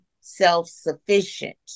self-sufficient